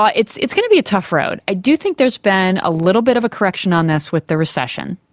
it's it's going to be a tough road. i do think there has been a little bit of a correction on this with the recession.